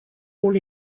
all